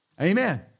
Amen